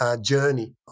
journey